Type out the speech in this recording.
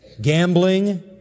gambling